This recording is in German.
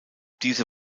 diese